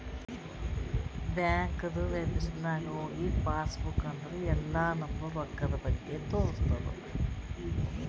ಬ್ಯಾಂಕ್ದು ವೆಬ್ಸೈಟ್ ನಾಗ್ ಹೋಗಿ ಪಾಸ್ ಬುಕ್ ಅಂದುರ್ ಎಲ್ಲಾ ನಮ್ದು ರೊಕ್ಕಾದ್ ಬಗ್ಗೆ ತೋರಸ್ತುದ್